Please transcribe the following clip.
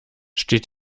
steht